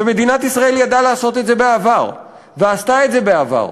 ומדינת ישראל ידעה לעשות את זה בעבר ועשתה את זה בעבר.